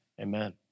amen